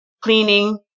cleaning